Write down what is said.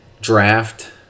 draft